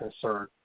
concern